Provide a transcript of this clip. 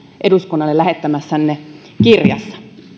eduskunnalle lähettämässänne kirjassa